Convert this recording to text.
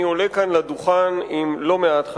אני עולה כאן לדוכן עם לא מעט חששות.